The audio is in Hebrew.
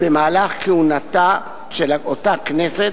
במהלך כהונתה של אותה כנסת,